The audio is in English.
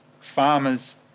farmers